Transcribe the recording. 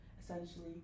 essentially